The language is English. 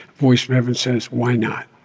voice from heaven says, why not?